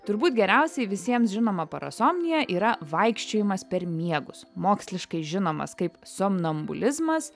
turbūt geriausiai visiems žinoma parasomnija yra vaikščiojimas per miegus moksliškai žinomas kaip somnambulizmas